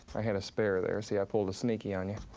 i had a spare there, see? i pulled a sneaky on you.